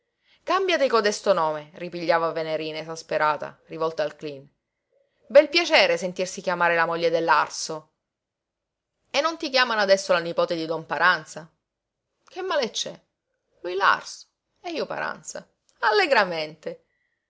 spalle càmbiati codesto nome ripigliava venerina esasperata rivolta al cleen bel piacere sentirsi chiamare la moglie de l'arso e non ti chiamano adesso la nipote di don paranza che male c'è lui l'arso e io paranza allegramente